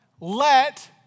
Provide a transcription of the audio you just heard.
Let